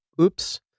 Oops